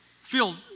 Feel